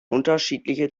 unterschiedliche